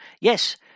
yes